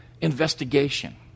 investigation